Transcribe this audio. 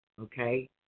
okay